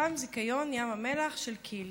תם זיכיון ים המלח של כי"ל,